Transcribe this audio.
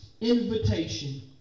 Invitation